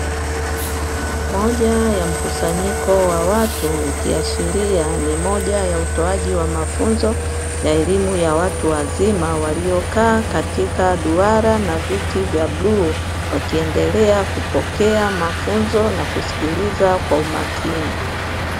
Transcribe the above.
Moja ya mkusanyiko wa watu, ikiashiria ni moja ya utoaji wa mafunzo ya elimu ya watu wazima waliokaa katika duara na viti vya bluu, wakiendelea kupokea mafunzo na kusikiliza kwa umakini.